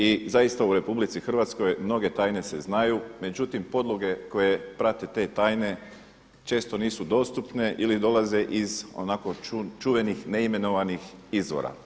I zaista u RH mnoge tajne se znaju, međutim podloge koje prate te tajne često nisu dostupne ili dolaze iz onako čuvenih, neimenovanih izvora.